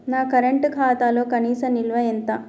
నా కరెంట్ ఖాతాలో కనీస నిల్వ ఎంత?